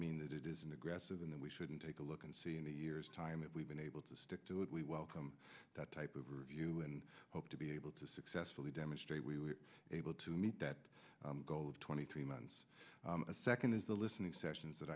mean that it isn't aggressive in that we shouldn't take a look and see in a year's time that we've been able to stick to it we welcome that type of review and hope to be able to successfully demonstrate we were able to meet that goal of twenty three months a second is the listening sessions that